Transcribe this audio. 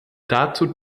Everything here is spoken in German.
dazu